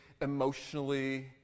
emotionally